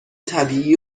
طبیعی